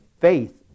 faith